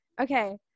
Okay